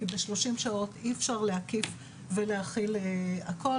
כי ב-30 שעות אי אפשר להקיף ולהכיל הכול.